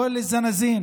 כל הזנאזין